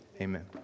amen